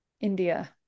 India